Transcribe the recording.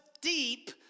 deep